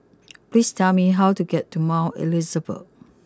please tell me how to get to Mount Elizabeth